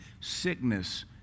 Sickness